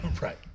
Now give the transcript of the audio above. Right